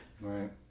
right